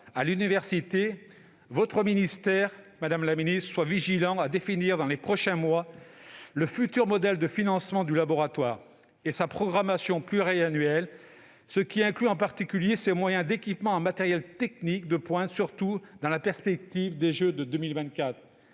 à l'université, votre ministère sera vigilant à définir dans les prochains mois le futur modèle de financement du laboratoire et sa programmation pluriannuelle, ce qui inclut en particulier l'équipement en matériel technique de pointe surtout dans la perspective des jeux de 2024.